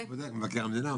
מבקר המדינה,